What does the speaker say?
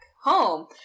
home